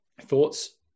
Thoughts